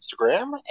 Instagram